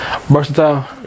versatile